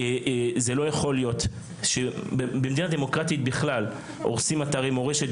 זה לא יכול להיות שבמדינה דמוקרטית בכלל הורסים אתרי מורשת,